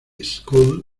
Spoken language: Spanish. school